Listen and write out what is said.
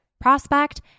prospect